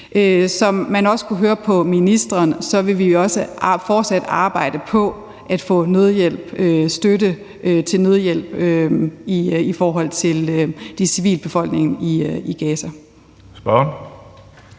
som man også kunne høre på ministeren, vil vi fortsat arbejde på at få støtte til nødhjælp i forhold til civilbefolkningen i Gaza.